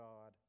God